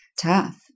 tough